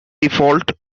default